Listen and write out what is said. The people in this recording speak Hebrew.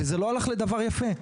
וזה לא הלך לדבר יפה,